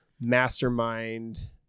mastermind